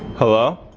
hello?